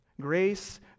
grace